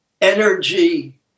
energy